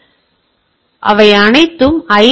ஆனால் அவை அனைத்தும் ஐ